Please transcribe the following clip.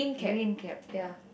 green cap ya